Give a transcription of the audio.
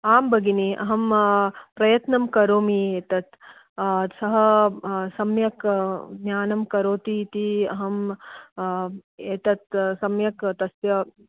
आम् भगिनि अहं प्रयत्नं करोमि एतत् सः सम्यक् ज्ञानं करोति इति अहं एतत् सम्यक् तस्य